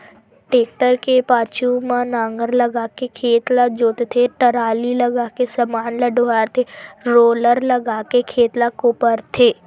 tractor के पाछू म नांगर लगाके खेत ल जोतथे, टराली लगाके समान ल डोहारथे रोलर लगाके खेत ल कोपराथे